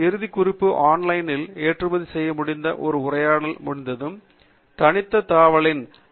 இறுதி குறிப்பு ஆன்லைனில் ஏற்றுமதி செய்ய முடிந்த ஒரு உரையாடல் முடிந்ததும் தனித்த தாவலில் எண்டுநோட்